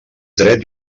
dret